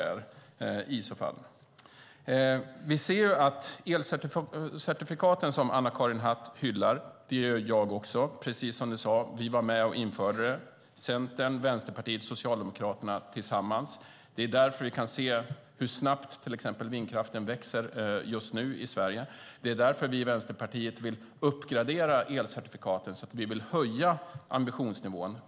Anna-Karin Hatt hyllar elcertifikaten. Det gör jag också. Som du sade införde Centern, Vänsterpartiet och Socialdemokraterna dem tillsammans. Det är tack vare dem som till exempel vindkraften växer så snabbt just nu i Sverige. Vi i Vänsterpartiet vill därför uppgradera elcertifikaten och höja ambitionsnivån.